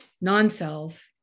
non-self